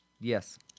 Yes